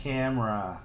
Camera